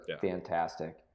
fantastic